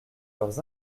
leurs